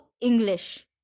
English